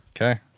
Okay